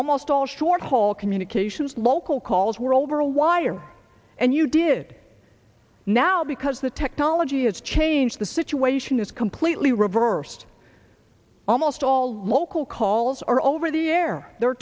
almost all short haul communications local calls world or a wire and you did now because the technology has changed the situation is completely reversed almost all local calls are over the air there are